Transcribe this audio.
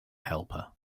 helper